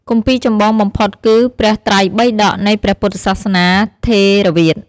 គម្ពីរចម្បងបំផុតគឺព្រះត្រៃបិដកនៃព្រះពុទ្ធសាសនាថេរវាទ។